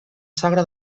sogre